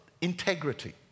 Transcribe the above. integrity